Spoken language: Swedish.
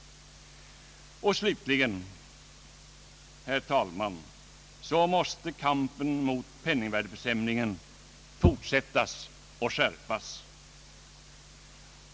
Slutligen måste kampen mot penningvärdeförsämringen fortsättas och skärpas.